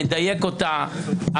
נדייק אותה,